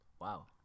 Wow